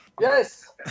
Yes